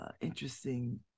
interesting